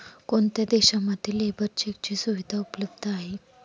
कोणत्या देशांमध्ये लेबर चेकची सुविधा उपलब्ध आहे?